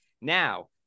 Now